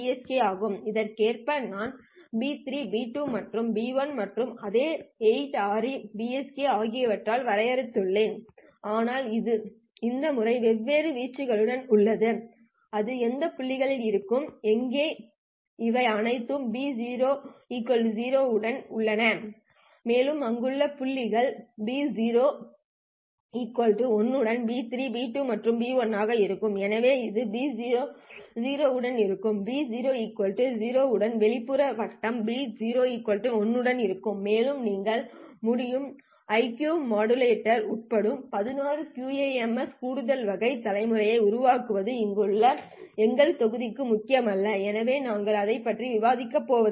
K ஆகும் அதற்கேற்ப நான் பி 3 பி 2 மற்றும் பி 1 மற்றும் அதே 8 ஆரி பிஎஸ்கே ஆகியவற்றால் வரையறுக்கப்பட்டுள்ளேன் ஆனால் இந்த முறை வெவ்வேறு வீச்சுடன் உள்ளது அது எந்த புள்ளியாக இருக்கும் இங்கே இவை அனைத்தும் b0 0 உடன் உள்ளன மேலும் இங்குள்ள புள்ளிகள் b0 1 உடன் b3 b2 மற்றும் b1 ஆக இருக்கும் எனவே இது b0 0 உடன் இருக்கும் எனவே b0 0 உடன் வெளிப்புற வட்டம் b0 1 உடன் இருக்கும் மேலும் நீங்கள் முடியும் IQ மாடுலேட்டர் உட்பட 16 QAM கூடுதல் வகை தலைமுறையை உருவாக்குவது இங்குள்ள எங்கள் தொகுதிக்கு முக்கியமல்ல எனவே நாங்கள் அதைப் பற்றி விவாதிக்கப் போவதில்லை